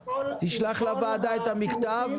תשלח לוועדה את המכתב,